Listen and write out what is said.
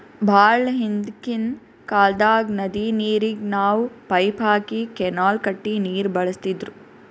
ಭಾಳ್ ಹಿಂದ್ಕಿನ್ ಕಾಲ್ದಾಗ್ ನದಿ ನೀರಿಗ್ ನಾವ್ ಪೈಪ್ ಹಾಕಿ ಕೆನಾಲ್ ಕಟ್ಟಿ ನೀರ್ ಬಳಸ್ತಿದ್ರು